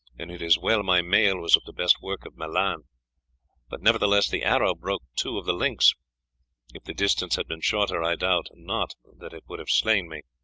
and it is well my mail was of the best work of milan but nevertheless the arrow broke two of the links if the distance had been shorter, i doubt not that it would have slain me.